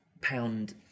pound